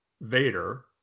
Vader